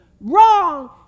Wrong